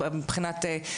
ברור.